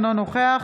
אינו נוכח